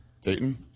Dayton